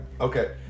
Okay